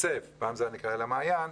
פעם זה היה נקרא אל המעיין,